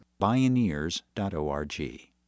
Bioneers.org